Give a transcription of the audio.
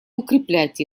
укреплять